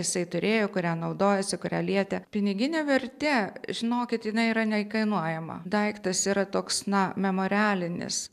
jisai turėjo kuria naudojosi kurią lietė pinigine vertė žinokit jinai yra neįkainojama daiktas yra toks na memorialinis